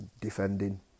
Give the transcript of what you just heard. defending